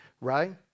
right